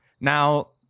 Now